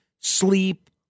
sleep